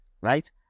right